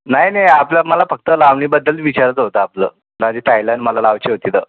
नाही नाही आपलं मला फक्त लावणीबद्दल विचारायचं होतं आपलं माझी ताईला अन् मला लावायची होती तर